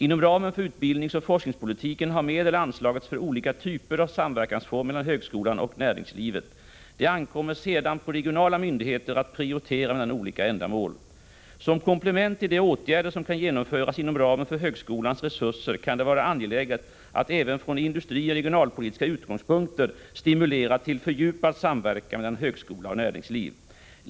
Inom ramen för utbildningsoch forskningspolitiken har medel anslagits för olika typer av samverkansformer mellan högskolan och näringslivet. Det ankommer sedan på regionala myndigheter att prioritera mellan olika ändamål. Som komplement till de åtgärder som kan genomföras inom ramen för högskolans resurser kan det vara angeläget att även från industrioch regionalpolitiska utgångspunkter stimulera till fördjupad samverkan mellan högskola och näringsliv.